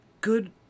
good